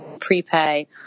prepay